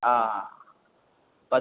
ആ ആ പതി